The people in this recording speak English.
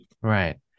Right